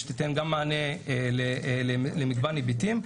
תוכנית מאוד משמעותית שתיתן גם מענה למגוון היבטים.